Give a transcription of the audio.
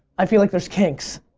i feel like there's kinks.